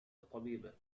طبيبة